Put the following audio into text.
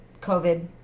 COVID